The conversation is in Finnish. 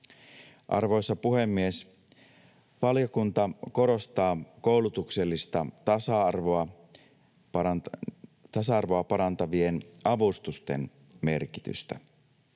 Arvoisa puhemies! Valiokunta korostaa koulutuksellista tasa-arvoa parantavien avustusten merkitystä